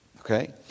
Okay